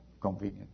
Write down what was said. convenient